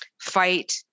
fight